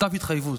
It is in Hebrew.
כתב התחייבות,